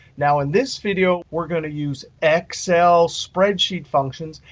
now in this video we're going to use excel spreadsheet functions.